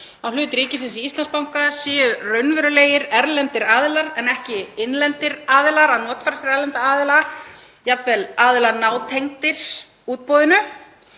á hlut ríkisins í Íslandsbanka væru raunverulegir erlendir aðilar en ekki innlendir aðilar að notfæra sér erlenda aðila, jafnvel aðilar nátengdir útboðinu.